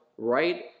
Right